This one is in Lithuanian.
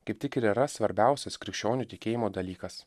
kaip tik ir yra svarbiausias krikščionių tikėjimo dalykas